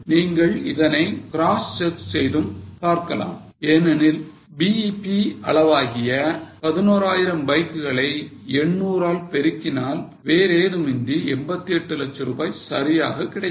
நீங்கள் இதனை cross check செய்தும் பார்க்கலாம் ஏனெனில் BEP அளவாகிய 11000 பைக்களை 800 ஆல் பெருக்கினால் வேறு ஏதும் இன்றி 88 லட்சம் ரூபாய் சரியாக கிடைக்கும்